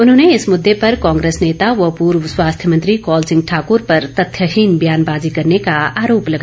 उन्होंने इस मुददे पर कांग्रेस नेता व पूर्व स्वास्थ्य मंत्री कॉल सिंह ठाकुर पर तथ्यहीन बयानबाजी करने का अरोप लगाया